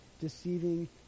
Deceiving